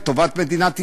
לטובת מדינת ישראל.